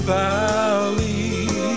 valley